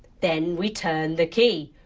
then we turn the key.